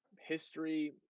history